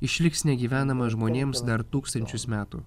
išliks negyvenama žmonėms dar tūkstančius metų